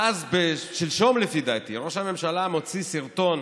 ואז, שלשום, לפי דעתי, ראש הממשלה מוציא סרטון